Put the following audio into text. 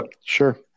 Sure